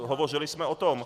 Hovořili jsme o tom.